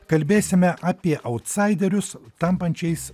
kalbėsime apie autsaiderius tampančiais